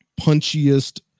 punchiest